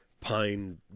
pine